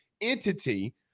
entity